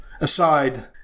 aside